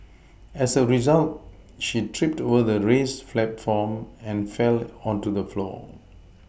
as a result she tripped over the raised platform and fell onto the floor